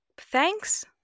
Thanks